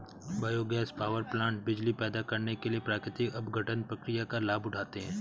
biogas power plant बिजली पैदा करने के लिए प्राकृतिक अपघटन प्रक्रिया का लाभ उठाते हैं